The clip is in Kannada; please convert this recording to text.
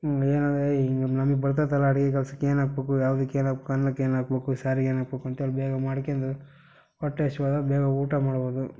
ಏನಿದೆ ಹಿಂಗೆ ನಮಗೆ ಬರ್ತದಲ್ಲ ಅಡಿಗೆ ಕೆಲ್ಸಕ್ಕೆ ಏನಾಕ್ಬೇಕು ಯಾವ್ದುಕ್ಕೆ ಏನಾಕ್ಬಕು ಅನ್ನಕ್ಕೆ ಏನಾಕ್ಬೇಕು ಸಾರಿಗೆ ಏನಾಕ್ಬೇಕು ಅಂತೇಳಿ ಬೇಗ ಮಾಡ್ಕಂದು ಹೊಟ್ಟೆ ಹಸ್ವಾದಾಗ ಬೇಗ ಊಟ ಮಾಡ್ಬೋದು